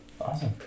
Awesome